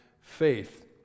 faith